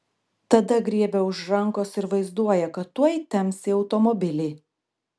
tada griebia už rankos ir vaizduoja kad tuoj temps į automobilį